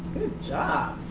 job.